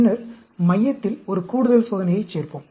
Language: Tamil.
பின்னர் மையத்தில் ஒரு கூடுதல் சோதனையைச் சேர்ப்போம்